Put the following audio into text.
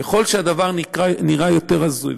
ככל שהדבר נראה יותר הזוי,